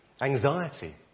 anxiety